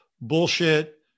bullshit